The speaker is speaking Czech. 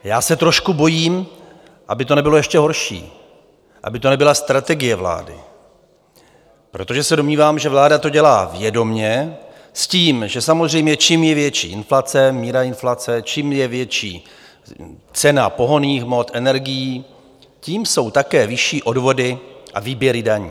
Já se trošku bojím, aby to nebylo ještě horší, aby to nebyla strategie vlády, protože se domnívám, že vláda to dělá vědomě s tím, že samozřejmě čím je větší míra inflace, čím je větší cena pohonných hmot, energií, tím jsou také vyšší odvody a výběry daní.